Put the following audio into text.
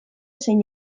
zein